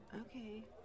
okay